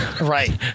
Right